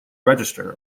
register